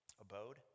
abode